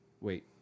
wait